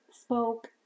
spoke